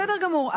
בסדר גמור.